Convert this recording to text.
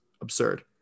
absurd